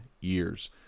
years